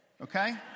okay